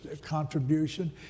contribution